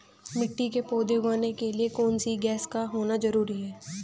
मिट्टी में पौधे उगाने के लिए कौन सी गैस का होना जरूरी है?